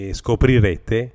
scoprirete